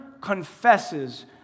confesses